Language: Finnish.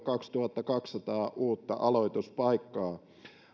kaksituhattakaksisataa uutta aloituspaikkaa